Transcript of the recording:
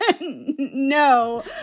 no